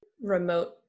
remote